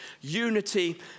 unity